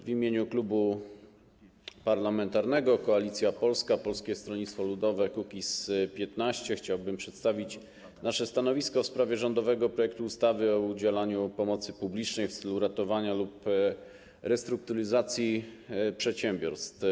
W imieniu Klubu Parlamentarnego Koalicja Polska - Polskie Stronnictwo Ludowe - Kukiz15 chciałbym przedstawić nasze stanowisko w sprawie rządowego projektu ustawy o udzielaniu pomocy publicznej w celu ratowania lub restrukturyzacji przedsiębiorstw.